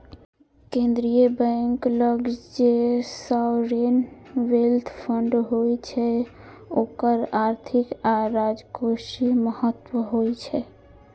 केंद्रीय बैंक लग जे सॉवरेन वेल्थ फंड होइ छै ओकर आर्थिक आ राजकोषीय महत्व होइ छै